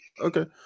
Okay